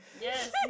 yes